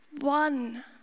One